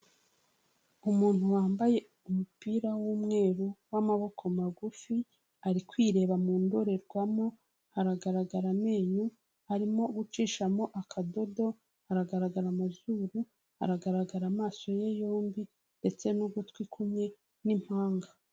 Umuntu wambaye umupira w'umweru w'amaboko magufi ari kwireba mu ndorerwamo aragaragara amenyo arimo gucishamo akadodo, aragaragara amazuru, aragaragara amaso ye yombi ndetse n'ugutwi kumwe n'impanga.